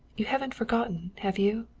you haven't forgotten, have you?